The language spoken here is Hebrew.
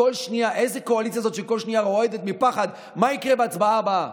איזו קואליציה זאת שכל שנייה רועדת מפחד מה יקרה בהצבעה הבאה?